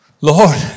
Lord